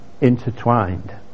intertwined